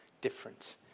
different